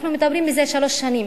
אנחנו מדברים מזה שלוש שנים